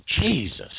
Jesus